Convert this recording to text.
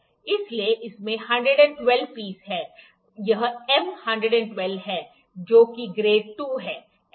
इसलिए इसमें 112 पीस हैं यह M 112 है जो कि ग्रेड II है